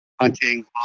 hunting